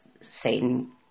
Satan